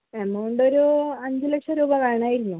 amount ഒരു അഞ്ച് ലക്ഷം രൂപ വേണമായിരുന്നു